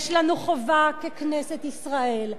יש לנו חובה ככנסת ישראל,